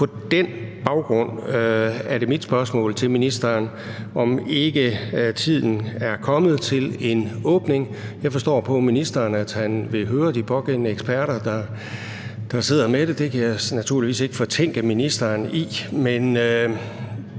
På den baggrund er mit spørgsmål til ministeren, om ikke tiden er kommet til en åbning. Jeg forstår på ministeren, at han vil høre de pågældende eksperter, der sidder med det, og det kan jeg naturligvis ikke fortænke ministeren i.